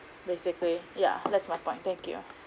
basically ya that's my point thank you